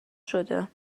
شده